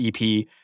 EP